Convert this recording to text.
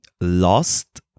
Lost